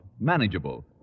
manageable